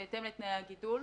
בהתאם לתנאי הגידול.